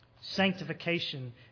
Sanctification